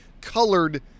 colored